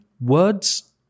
words